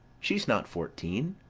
she's not fourteen.